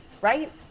right